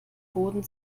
boden